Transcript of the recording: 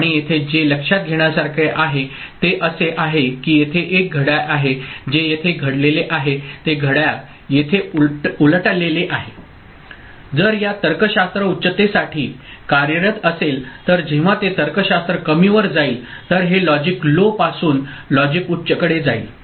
आणि येथे जे लक्षात घेण्यासारखे आहे ते असे आहे की येथे एक घड्याळ आहे जे येथे घडलेले आहे ते घड्याळ येथे उलटलेले आहे जर या तर्कशास्त्र उच्चतेसाठी कार्यरत असेल तर जेव्हा ते तर्कशास्त्र कमी वर जाईल तर हे लॉजिक लो पासून लॉजिक उच्चकडे जाईल